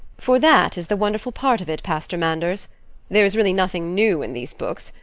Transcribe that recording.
for that is the wonderful part of it, pastor manders there is really nothing new in these books,